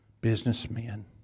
businessmen